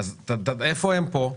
איפה הם פה,